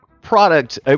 Product